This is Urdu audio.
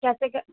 کیسے کیا